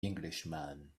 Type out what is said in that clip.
englishman